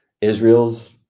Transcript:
Israel's